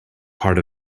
part